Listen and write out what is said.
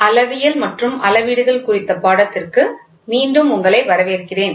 அளவியல் மற்றும் அளவீடுகள் குறித்த பாடத்திற்கு மீண்டும் உங்களை வரவேற்கிறேன்